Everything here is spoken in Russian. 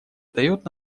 дает